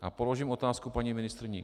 A položím otázku paní ministryni.